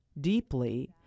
deeply